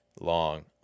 long